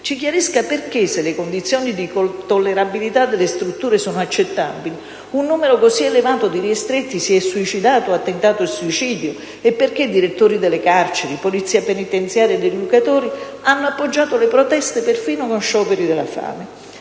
Ci chiarisca perché, se le condizioni di tollerabilità delle strutture sono accettabili, un numero così elevato di ristretti si è suicidato o ha tentato il suicidio e perché direttori delle carceri, Polizia penitenziaria ed educatori hanno appoggiato le proteste perfino con scioperi della fame.